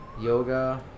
Yoga